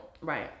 Right